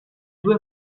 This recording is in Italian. due